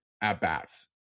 at-bats